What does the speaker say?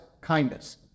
kindness